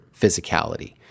physicality